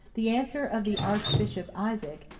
the answer of the archbishop isaac,